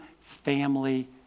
family